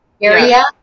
area